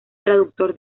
traductor